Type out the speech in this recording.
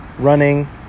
running